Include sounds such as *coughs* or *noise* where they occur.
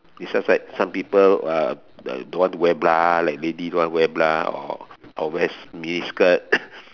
is just like some people uh don't want to wear bra like lady don't want to wear bra or or wear mini skirt *coughs*